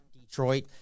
Detroit